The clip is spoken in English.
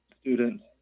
students